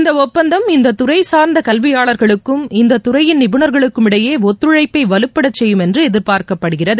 இந்த ஒப்பந்தம் இந்த துறைச்சார்ந்த கல்வியாளர்களுக்கும் இந்தத்துறையின் நிபுணர்களுக்கும் இடையே ஒத்துழைப்பை வலுப்பட செய்யும் என்று எதிர்பார்க்கப்படுகிறது